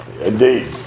Indeed